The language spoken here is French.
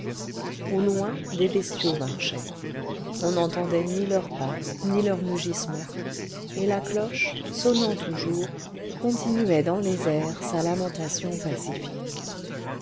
au loin des bestiaux marchaient on n'entendait ni leurs pas ni leurs mugissements et la cloche sonnant toujours continuait dans les airs sa lamentation pacifique